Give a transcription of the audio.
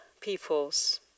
peoples